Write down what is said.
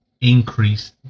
increase